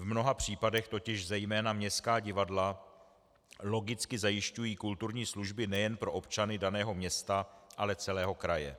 V mnoha případech totiž zejména městská divadla logicky zajišťují kulturní služby nejen pro občany daného města, ale celého kraje.